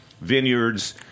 vineyards